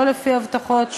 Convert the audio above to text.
לא לפי הבטחות,